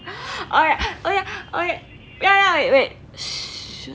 oh wait oh wait wait